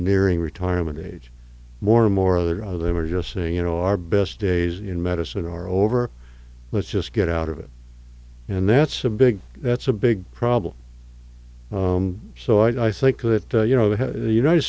nearing retirement age more and more other of them are just saying you know our best days in medicine are over let's just get out of it and that's a big that's a big problem so i think that you know the united